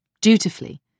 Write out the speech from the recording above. Dutifully